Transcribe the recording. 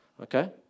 Okay